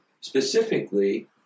specifically